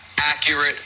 accurate